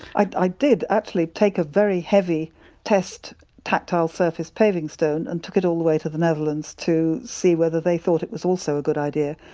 i did actually take a very heavy test tactile surface paving stone and took it all the way to the netherlands to see whether they thought it was also a good idea.